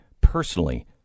personally